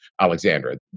Alexandra